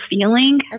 feeling